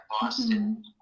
Boston